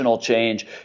change